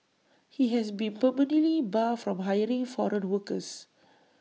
he has been permanently barred from hiring foreign workers